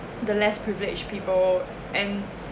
the less privilege people and